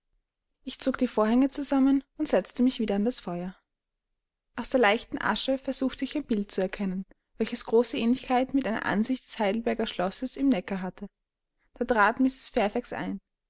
ich zog die vorhänge zusammen und setzte mich wieder an das feuer aus der leichten asche versuchte ich ein bild zu erkennen welches große ähnlichkeit mit einer ansicht des heidelberger schlosses am neckar hatte da trat mrs fairfax ein